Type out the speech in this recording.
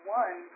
one